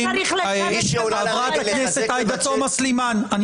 חברים, חברת הכנסת עאידה תומא סלימאן.